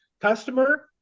customer